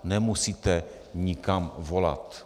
Nemusíte nikam volat.